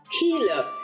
Healer